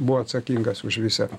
buvo atsakingas už visą